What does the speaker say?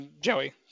Joey